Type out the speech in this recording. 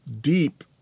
deep